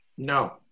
No